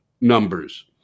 numbers